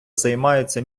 займаються